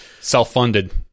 Self-funded